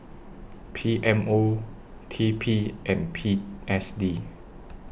P M O T P and P S D